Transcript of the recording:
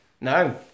No